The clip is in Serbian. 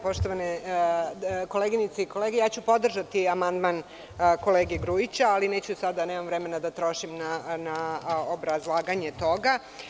Poštovane koleginice i kolege, podržaću amandman kolege Grujića, ali neću sada, nemam vremena da trošim na obrazlaganje toga.